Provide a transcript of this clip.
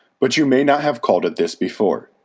but you may not have called it this before.